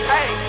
Hey